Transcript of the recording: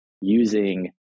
Using